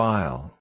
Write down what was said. File